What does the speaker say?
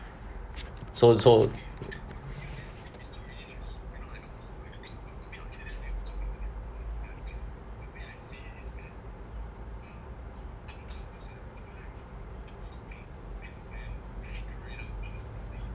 so so